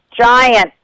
giant